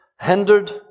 hindered